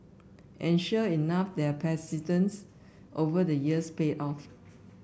and sure enough their persistence over the years paid off